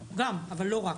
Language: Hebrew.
גם, אבל לא רק.